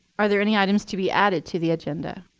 are there any items to be added to the agenda?